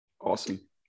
Awesome